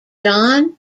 john